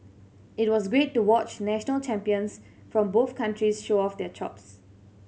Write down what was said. it was great to watch national champions from both countries show off their chops